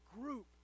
group